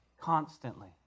constantly